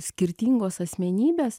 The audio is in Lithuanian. skirtingos asmenybės